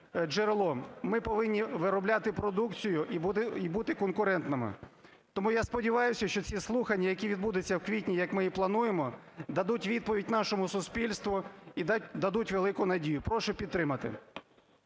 джерелом, ми повинні виробляти продукцію і бути конкурентними. Тому я сподіваюся, що ці слухання, які відбудуться у квітні, як ми і плануємо, дадуть відповідь нашому суспільству і дадуть велику надію. Прошу підтримати.